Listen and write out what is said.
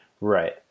right